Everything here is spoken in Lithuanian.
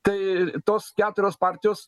tai tos keturios partijos